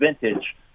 vintage